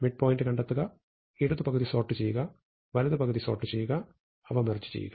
mid point കണ്ടെത്തുക ഇടത് പകുതി സോർട്ട് ചെയ്യുക വലത് പകുതി സോർട്ട് ചെയ്യുക അവ മെർജ് ചെയ്യുക